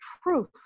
proof